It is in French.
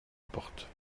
porte